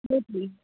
سۭتی